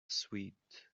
sweet